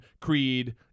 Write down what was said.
creed